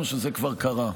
או שזה כבר קרה?